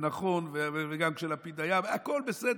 ונכון, וגם כשלפיד היה, הכול בסדר.